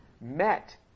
met